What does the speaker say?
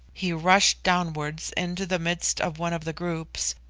he rushed downwards into the midst of one of the groups,